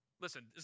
Listen